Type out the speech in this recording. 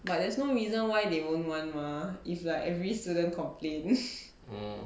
but there's no reason why they won't want mah if like every student complain